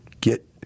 Get